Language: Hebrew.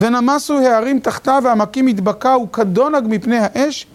ונמסו הערים תחתיו, והעמקים נתבקעו כדונג מפני האש